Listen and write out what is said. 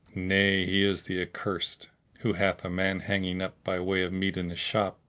nay, he is the accursed who hath a man hanging up by way of meat in his shop.